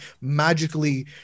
magically